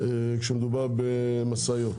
כשמדובר במשאיות.